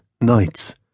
nights